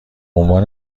عنوان